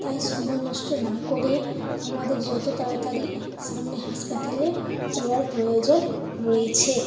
তাই সময় নষ্ট না করে আমাদের যত তাড়াতাড়ি সামনে হাসপাতালে যাওয়ার প্রয়োজন রয়েছে